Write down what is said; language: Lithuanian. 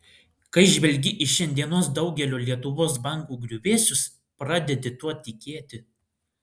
kai žvelgi į šiandienos daugelio lietuvos bankų griuvėsius pradedi tuo tikėti